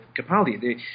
Capaldi